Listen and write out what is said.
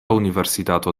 universitato